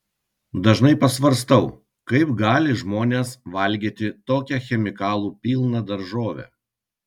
dažnai pasvarstau kaip gali žmonės valgyti tokią chemikalų pilną daržovę